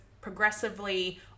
progressively